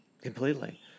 Completely